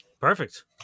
Perfect